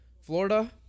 Florida